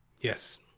Yes